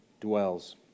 dwells